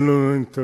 אין לנו אינטרס